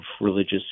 religious